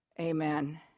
Amen